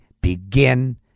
begin